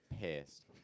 pissed